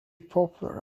popular